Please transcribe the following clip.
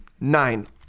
nine